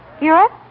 Europe